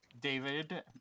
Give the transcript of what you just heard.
David